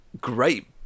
great